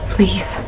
Please